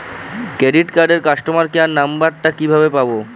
Credit কার্ডের customer care number টা কিভাবে পাবো?